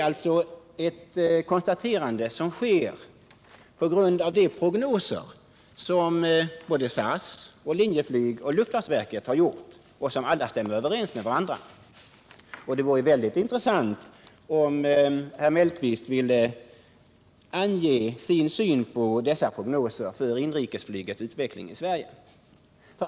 Detta konstaterande görs på grundval av de prognoser som SAS, Linjeflyg och luftfartsverket gjort och som alla stämmer överens med varandra. Det vore mycket intressant om herr Mellqvist ville ange sin syn på dessa prognoser för inrikesflygets utveckling i Sverige.